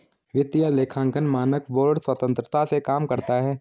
वित्तीय लेखांकन मानक बोर्ड स्वतंत्रता से काम करता है